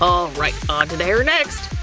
alright, onto the hair next.